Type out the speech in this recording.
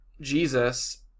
Jesus